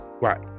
right